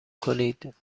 کنید